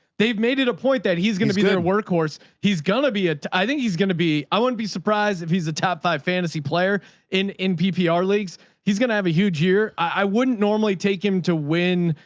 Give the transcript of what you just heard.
they've made it a point that he's going to be their workhorse. he's going to be at, i think he's going to be, i wouldn't be surprised if he's a top five fantasy player in, in ppr leagues, he's going to have a huge year. i wouldn't normally take him to win,